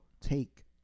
take